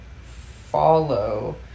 follow